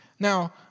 Now